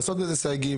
לעשות בזה סייגים.